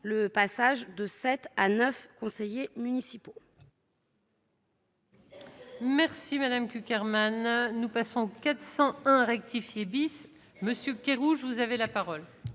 le passage de 7 à 9 conseillers municipaux.